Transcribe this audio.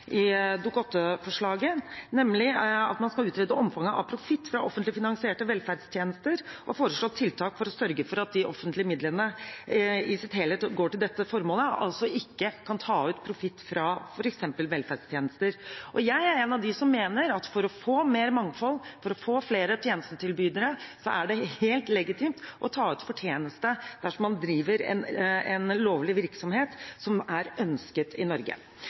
nemlig at man skal utrede omfanget av profitt fra offentlig finansierte velferdstjenester og foreslå tiltak for å sørge for at de offentlige midlene i sin helhet går til dette formålet, altså at man ikke kan ta ut profitt fra f.eks. velferdstjenester. Jeg er en av dem som mener at for å få mer mangfold og for å få flere tjenestetilbydere er det helt legitimt å ta ut fortjeneste dersom man driver en lovlig virksomhet som er ønsket i Norge.